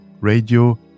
radio